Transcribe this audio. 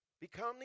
become